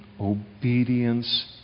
obedience